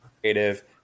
creative